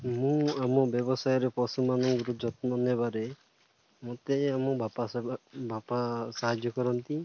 ମୁଁ ଆମ ବ୍ୟବସାୟରେ ପଶୁମାନଙ୍କର ଯତ୍ନ ନେବାରେ ମୋତେ ଆମ ବାପା ବାପା ସାହାଯ୍ୟ କରନ୍ତି